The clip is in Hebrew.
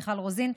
מיכל רוזין.